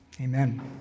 amen